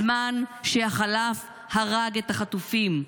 הזמן שחלף הרג את החטופים.